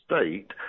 state